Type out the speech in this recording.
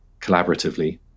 collaboratively